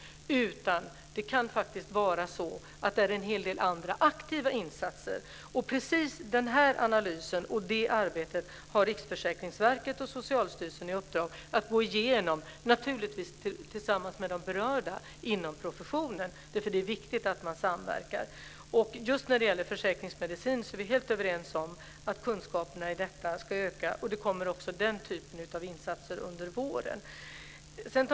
Det kan faktiskt vara så att det är en hel del andra aktiva insatser som är bättre. Just denna analys har Riksförsäkringsverket och Socialstyrelsen fått i uppdrag att göra, naturligtvis tillsammans med de berörda inom professionen. Det är viktigt att man samverkar. Just när det gäller försäkringsmedicin är vi helt överens om att kunskaperna bör öka. Den typen av insatser görs under våren.